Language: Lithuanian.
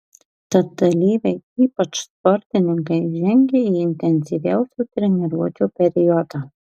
tad dalyviai ypač sportininkai žengia į intensyviausių treniruočių periodą